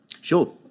Sure